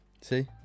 See